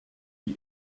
die